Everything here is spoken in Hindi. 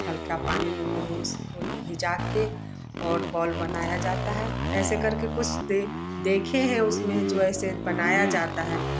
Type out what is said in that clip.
हल्का पानी में मोमोस को भिगो के और बॉल बनाया जाता है ऐसे करके कुछ दे देखे हैं उसमें जो ऐसे बनाया जाता है